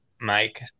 Mike